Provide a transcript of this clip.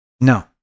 No